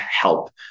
help